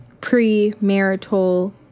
pre-marital